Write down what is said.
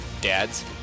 Dads